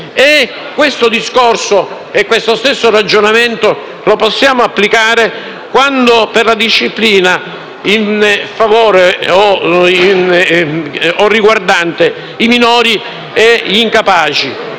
Questo discorso e questo stesso ragionamento li possiamo applicare per la disciplina in favore dei minori ed incapaci: